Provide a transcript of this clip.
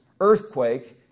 earthquake